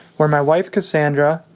where my wife cassandra,